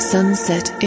Sunset